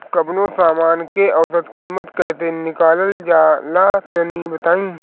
कवनो समान के औसत कीमत कैसे निकालल जा ला तनी बताई?